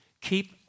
keep